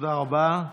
תודה רבה.